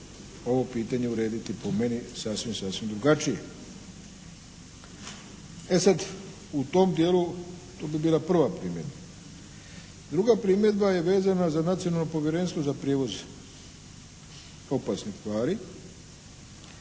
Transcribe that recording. ovo pitanje urediti po meni sasvim, sasvim drugačije. E sad u tom dijelu to bi bila prva primjedba. Druga primjedba je vezana za Nacionalno povjerenstvo za prijevoz opasnih tvari